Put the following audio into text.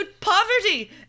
poverty